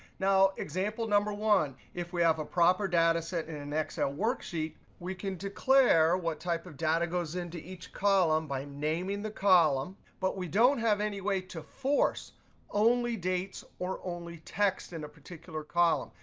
now, example number one. if we have a proper data set in an excel worksheet, we can declare what type of data goes into each column by naming the column. but we don't have any way to force only dates or only text in a particular column.